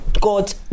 God